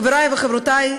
חברי וחברותי,